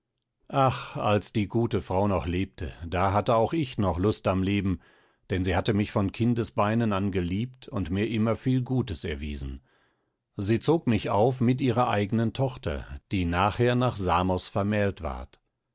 ach als die gute frau noch lebte da hatte auch ich noch lust am leben denn sie hatte mich von kindesbeinen an geliebt und mir immer viel gutes erwiesen sie zog mich auf mit ihrer eignen tochter die nachher nach samos vermählt ward